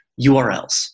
URLs